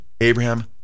Abraham